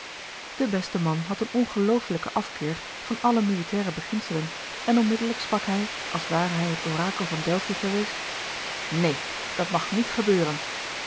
de beste man had een ongeloofelijken afkeer van alle militaire beginselen en onmiddellijk sprak hij als ware hij het orakel van delphi geweest neen dat mag niet gebeuren